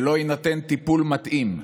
ולו יינתן טיפול מתאים,